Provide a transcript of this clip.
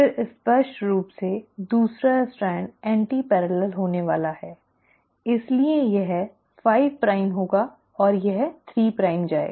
फिर स्पष्ट रूप से दूसरा स्ट्रैंड एंटीपैरल होने वाला है इसलिए यह 5 प्राइम होगा और यह 3 प्राइम जाएगा